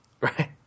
right